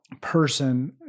person